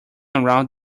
around